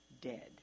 dead